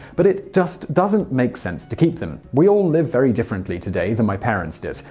but it just doesn't make sense to keep them. we all live very differently today than my parents did.